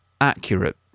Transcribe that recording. accurate